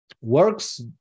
works